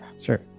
sure